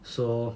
so